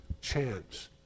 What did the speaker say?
chance